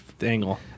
angle